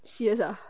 serious ah